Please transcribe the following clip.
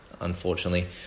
Unfortunately